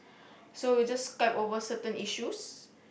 so we just Skype over certain issues